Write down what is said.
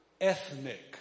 ethnic